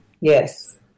Yes